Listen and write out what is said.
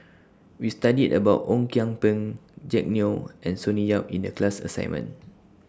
We studied about Ong Kian Peng Jack Neo and Sonny Yap in The class assignment